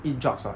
eat drugs [what]